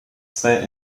zwei